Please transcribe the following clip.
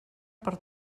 per